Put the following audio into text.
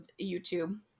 YouTube